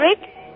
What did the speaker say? Rick